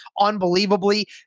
unbelievably